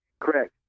Correct